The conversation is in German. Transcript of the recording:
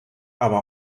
aber